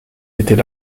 était